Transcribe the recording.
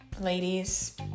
ladies